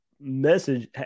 message